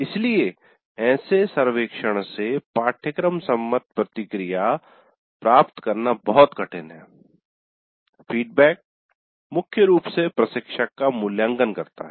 इसलिए ऐसे सर्वेक्षण से पाठ्यक्रम सम्मत् प्रतिक्रिया प्राप्त करना बहुत कठिन है फीडबैक मुख्य रूप से प्रशिक्षक का मूल्यांकन करता है